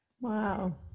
Wow